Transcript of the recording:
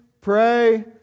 pray